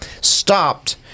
stopped